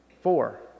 four